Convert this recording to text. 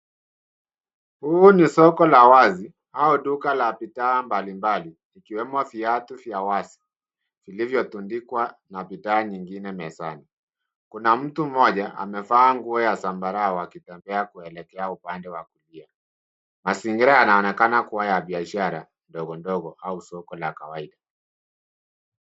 Huu ni soko la wazi au duka la bidhaa mbalimbali ikiwemo viatu vya wazi vilivyotundikwa na bidhaa nyingine mezani. Kuna mtu mmoja amevaa nguo ya zambarau akitembea kuelekea upande wa kulia. Mazingira yanaonekana kuwa ya biashara ndogo ndogo au soko la kawaida.